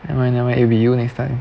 and I never eh next time